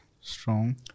strong